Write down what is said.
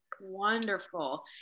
Wonderful